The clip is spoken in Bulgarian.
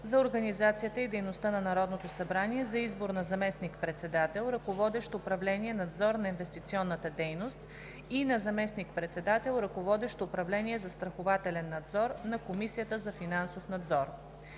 за организацията и дейността на Народното събрание за избор на заместник-председател, ръководещ управление „Надзор на инвестиционната дейност“, и на заместник-председател, ръководещ управление „Застрахователен надзор“, на Комисията за финансов надзор.